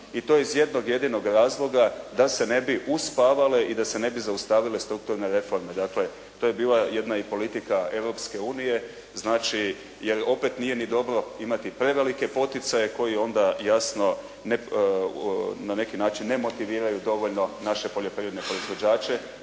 i to iz jednog jedinog razloga da se ne bi uspavale i da se ne bi zaustavile strukturne reforme. Dakle, to je bila jedna i politika Europske unije, znači jer opet nije ni dobro imati prevelike poticaje koji onda, jasno na neki način ne motiviraju dovoljno naše poljoprivredne proizvođače